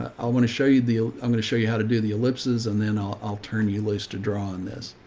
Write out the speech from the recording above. i want to show you the i'm going to show you how to do the ellipses, and then i'll, i'll turn you loose to draw on this.